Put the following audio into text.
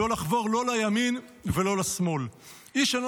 "לא לחבור לימין ולא לשמאל --- איש אינו